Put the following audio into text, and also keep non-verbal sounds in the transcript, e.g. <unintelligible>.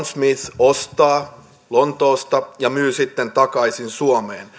<unintelligible> smith ostaa lontoosta ja myy sitten takaisin suomeen